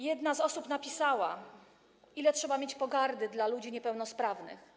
Jedna z osób napisała, ile trzeba mieć pogardy dla ludzi niepełnosprawnych.